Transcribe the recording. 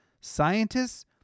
Scientists